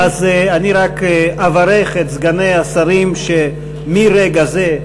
אז אני רק אברך את סגני השרים שמרגע זה,